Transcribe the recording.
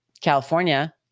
California